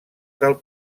del